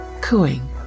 cooing